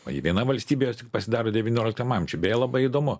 o ji viena valstybės jos tik pasidaro devynioliktam amžiui beje labai įdomu